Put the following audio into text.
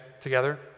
together